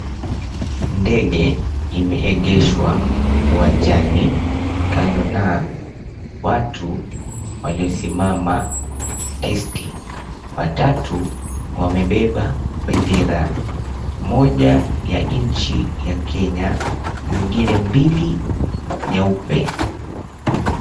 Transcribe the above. Ndege imeegeshwa uwanjani kando na watu waliosimama tisti. Watatu wamebeba bendera, moja ya nchi ya Kenya, zengine mbili nyeupe.